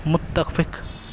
متکفک